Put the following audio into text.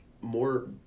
more